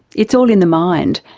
it's all in the mind,